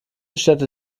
städte